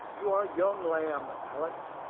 you are a young lamb, alick.